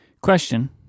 Question